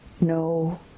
No